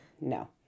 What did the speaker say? no